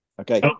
Okay